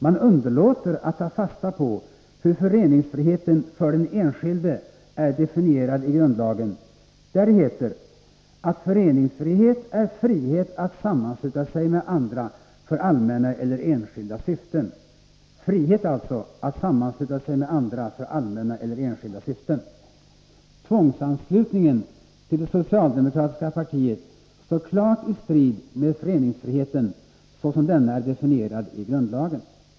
Man underlåter att ta fasta på hur föreningsfriheten för den enskilde är definierad i grundlagen, där det heter, att föreningsfrihet är ”frihet att sammansluta sig med andra för allmänna eller enskilda syften”. Tvångsanslutningen till det socialdemokratiska partiet står klart i strid med föreningsfriheten så som denna är definierad i grundlagen.